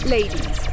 Ladies